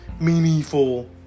meaningful